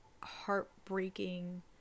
heartbreaking